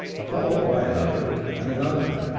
followed by another, and another.